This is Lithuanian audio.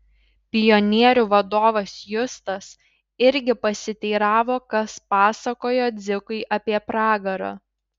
pionierių vadovas justas irgi pasiteiravo kas pasakojo dzikui apie pragarą